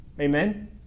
Amen